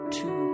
two